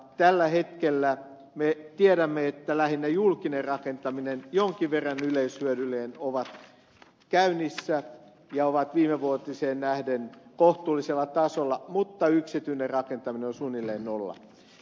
tällä hetkellä me tiedämme että lähinnä julkinen rakentaminen jonkin verran yleishyödyllinen on käynnissä ja on viimevuotiseen nähden kohtuullisella tasolla mutta yksityinen rakentaminen on suunnilleen nolla